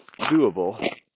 doable